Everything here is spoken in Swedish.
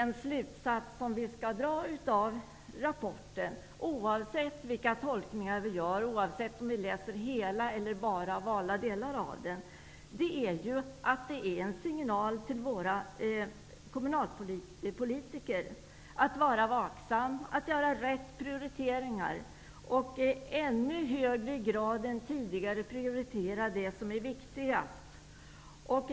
Den slutsats som vi skall dra av rapporten, oavsett vilka tolkningar som vi gör och oavsett om vi läser hela eller bara valda delar av den, är att det är en signal till våra kommunalpolitiker att vara vaksamma, att göra rätt prioriteringar och att i ännu högre grad än tidigare prioritera det som är viktigast.